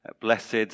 Blessed